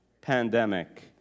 pandemic